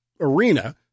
arena